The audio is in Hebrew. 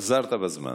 חזרת בזמן.